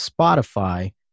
Spotify